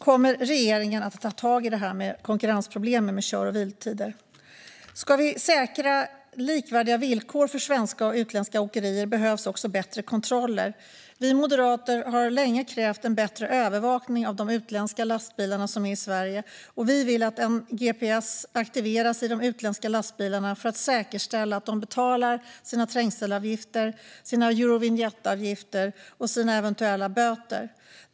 Kommer regeringen att ta tag i detta konkurrensproblem med kör och vilotider? Om vi ska säkra likvärdiga villkor för svenska och utländska åkerier behövs också bättre kontroller. Vi moderater har länge krävt bättre övervakning av utländska lastbilar i Sverige. Vi vill att en gps aktiveras i de utländska lastbilarna för att säkerställa att de betalar sina trängselavgifter, eurovinjetter och eventuella böter.